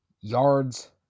yards